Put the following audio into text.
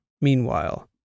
meanwhile